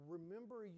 Remember